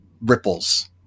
ripples